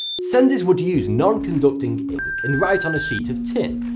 senders would use non-conducting ink and write on a sheet of tin.